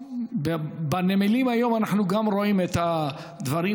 וגם בנמלים היום אנחנו רואים את הדברים.